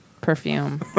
perfume